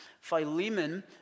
Philemon